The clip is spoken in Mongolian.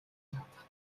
татах